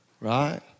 right